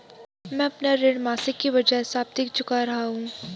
मैं अपना ऋण मासिक के बजाय साप्ताहिक चुका रहा हूँ